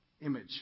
image